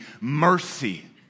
mercy